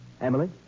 Emily